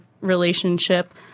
relationship